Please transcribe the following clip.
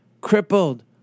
crippled